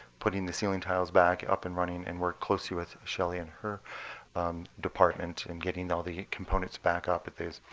putting the ceiling tiles back up and running, and work closely with shelly and her department in getting all the components back up at these